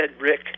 Rick